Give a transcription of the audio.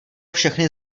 všechny